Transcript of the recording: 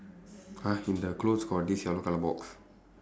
!huh! in the clothes got this yellow colour box